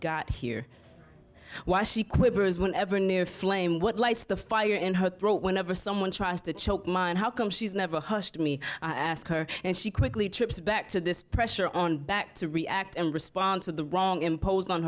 got here why she quivers when ever near a flame what lights the fire in her throat whenever someone tries to choke mind how come she's never hushed me i ask her and she quickly trips back to this pressure on back to react and respond to the wrong imposed on